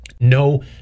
No